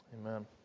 Amen